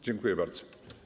Dziękuję bardzo.